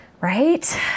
Right